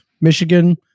Michigan